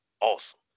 awesome